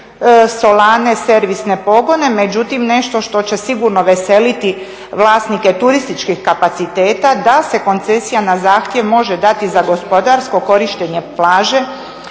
solane, servisne pogone, međutim nešto što će sigurno veseliti vlasnike turističkih kapaciteta da se koncesija na zahtjev može dati za gospodarsko korištenje plaže